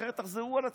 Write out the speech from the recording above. אחרת תחזרו על עצמכם,